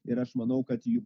ir aš manau kad ji